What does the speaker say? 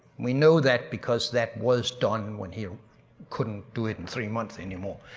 we know that because that was done when he couldn't do it in three months anymore.